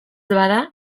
bada